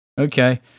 Okay